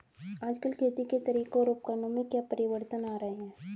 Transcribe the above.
आजकल खेती के तरीकों और उपकरणों में क्या परिवर्तन आ रहें हैं?